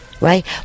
right